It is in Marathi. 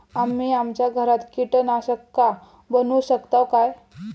आम्ही आमच्या घरात कीटकनाशका बनवू शकताव काय?